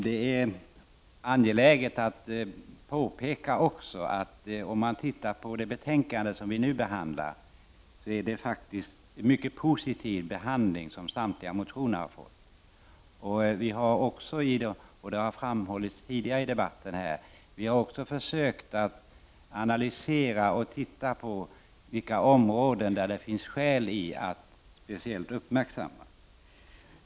Det är också angeläget att påpeka att i detta betänkande har samtliga motioner fått en mycket positiv behandling. Det har framhållits tidigare i debatten. Vi har också försökt analysera och se efter vilka områden det finns skäl att särskilt uppmärksamma.